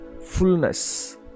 fullness